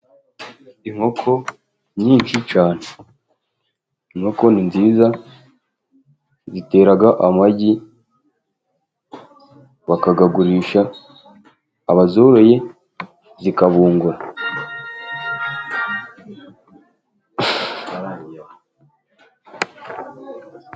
Inkoko nyinshi cyane: Inkoko nziza zitera amagi, bakayagurisha, abazoroye zikabungura.